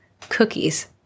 cookies